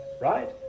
right